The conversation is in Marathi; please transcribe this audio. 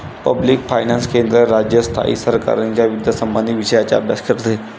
पब्लिक फायनान्स केंद्र, राज्य, स्थायी सरकारांच्या वित्तसंबंधित विषयांचा अभ्यास करते